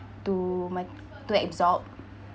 to ma~ to absorb